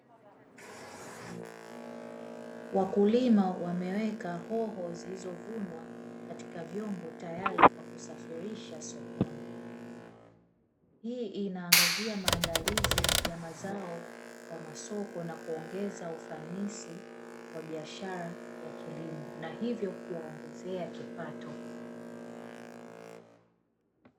Wakulima wameweka hoho zilizovunwa katika vyombo tayari kwa kusafirisha sokoni, hii inaangazia maandalizi ya mazao wa masoko na kuongeza ufanisi wa biashara ya kilimo na hivyo kuwaongezea kipato.